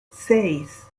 seis